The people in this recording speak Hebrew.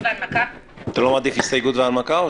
אתה לא מעדיף הסתייגות והנמקה?